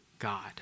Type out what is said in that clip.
god